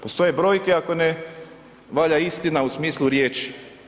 Postoje brojke ako ne valja istina u smislu riječi.